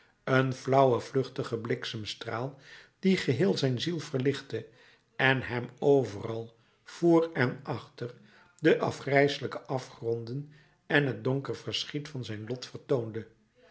een flauwe vluchtige bliksemstraal die geheel zijn ziel verlichtte en hem overal voor en achter de afgrijselijke afgronden en het donker verschiet van zijn lot vertoonde